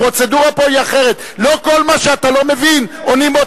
הפרוצדורה פה היא אחרת.